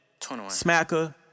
smacker